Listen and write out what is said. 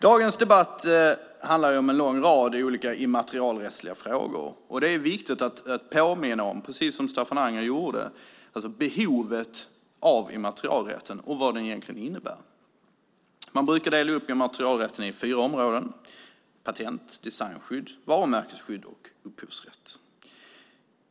Dagens debatt handlar om en lång rad olika immaterialrättsliga frågor. Det är viktigt att påminna om, precis som Staffan Anger gjorde, behovet av immaterialrätten och vad den egentligen innebär. Man brukar dela upp immaterialrätten i fyra områden: patent, designskydd, varumärkesskydd och upphovsrätt.